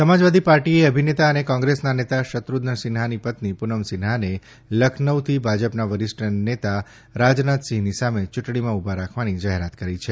સમાજવાદી પાર્ટીએ અભિનેતા અને કોંગ્રેસના નેતા શત્રુર્ષનસિંફાની પત્ની પૂનમ સિન્હાને લખનૌથી ભાજપના વરિષ્ઠ નેતા રાજનાથ સિંહની સામે ચૂંટણીમાં ઉભા રાખવાની જાહેરાત કરી છે